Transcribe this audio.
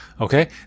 Okay